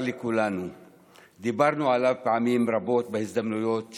עליו פעמים רבות בהזדמנויות שונות.